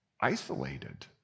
isolated